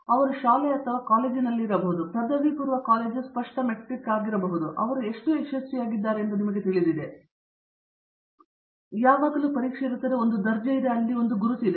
ನಾನು ಶಾಲೆ ಅಥವಾ ಕಾಲೇಜಿನಲ್ಲಿರಬಹುದು ಪದವಿಪೂರ್ವ ಕಾಲೇಜು ಸ್ಪಷ್ಟ ಮೆಟ್ರಿಕ್ ಆಗಿರಬಹುದು ಅವರು ಎಷ್ಟು ಯಶಸ್ವಿಯಾಗಿದ್ದಾರೆ ಎಂಬುದು ನಿಮಗೆ ತಿಳಿದಿದೆ ಯಾವಾಗಲೂ ಪರೀಕ್ಷೆ ಇರುತ್ತದೆ ಅಲ್ಲಿ ಒಂದು ದರ್ಜೆಯಿದೆ ಮತ್ತು ಒಂದು ಗುರುತು ಇದೆ